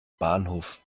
bahnhof